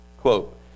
Quote